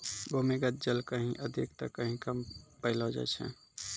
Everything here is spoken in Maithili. भूमीगत जल कहीं अधिक त कहीं कम पैलो जाय छै